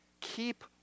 keep